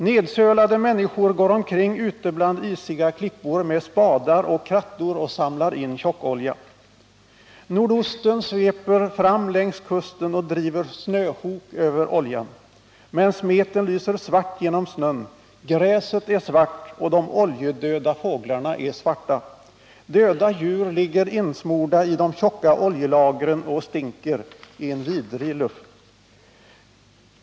Nedsölade människor går omkring ute bland isiga klippor med spadar och krattor och samlar in tjockolja. Nordosten sveper fram längs kusten och driver snösjok över oljan. Men smeten lyser svart genom snön, gräset är svart och de oljedöda fåglarna är svarta. Döda djur ligger insmorda i de tjocka oljelagren och stinker —en vidrig lukt.